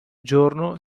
giorno